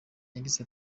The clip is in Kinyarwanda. yagize